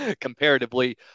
comparatively